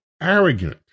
arrogant